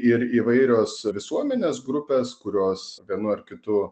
ir įvairios visuomenės grupės kurios vienu ar kitu